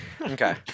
Okay